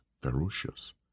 ferocious